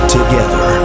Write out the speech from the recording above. Together